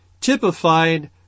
typified